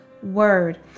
word